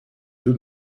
deux